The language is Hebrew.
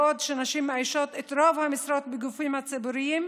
בעוד נשים מאיישות את רוב המשרות בגופים הציבוריים,